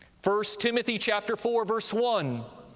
first timothy, chapter four, verse one,